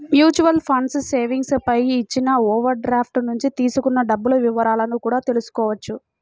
mutual funds savings పై ఇచ్చిన overdraft నుంచి తీసుకున్న డబ్బుల వివరాలను కూడా తెల్సుకోవచ్చు